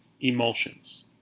Emulsions